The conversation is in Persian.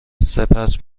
سپس